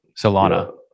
Solana